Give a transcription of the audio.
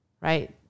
right